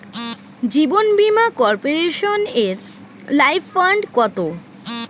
জীবন বীমা কর্পোরেশনের life fund কত?